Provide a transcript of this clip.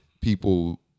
people